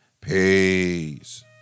Peace